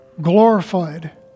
glorified